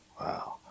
Wow